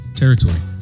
territory